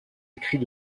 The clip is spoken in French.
écrits